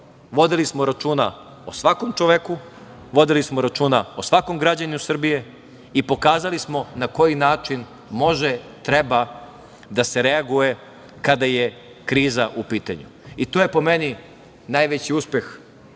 vodili smo računa o svakom čoveku, vodili smo računa o svakom građaninu Srbije i pokazali smo na koji način može i treba da se reaguje kada je kriza u pitanju. I to je po meni najveći uspeh